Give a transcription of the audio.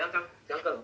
刚刚那个